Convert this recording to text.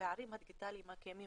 הפערים הדיגיטליים הקיימים